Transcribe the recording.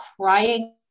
crying